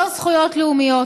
לא זכויות לאומיות.